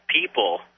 people